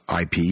IP